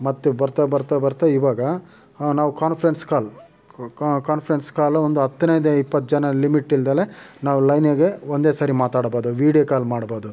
ಮತ್ತೆ ಬರ್ತಾ ಬರ್ತಾ ಬರ್ತಾ ಇವಾಗ ನಾವು ಕಾನ್ಫರೆನ್ಸ್ ಕಾಲ್ ಕಾನ್ಫರೆನ್ಸ್ ಕಾಲ್ ಒಂದು ಹತ್ತರಿಂದ ಇಪ್ಪತ್ತು ಜನ ಲಿಮಿಟ್ ಇಲ್ದೇಯೇ ನಾವು ಲೈನಾಗಿ ಒಂದೇ ಸಾರಿ ಮಾತಾಡಬೋದು ವೀಡಿಯೋ ಕಾಲ್ ಮಾಡಬೋದು